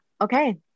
okay